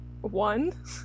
One